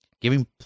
giving